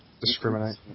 Discriminate